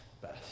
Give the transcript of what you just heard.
best